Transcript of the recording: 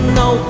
no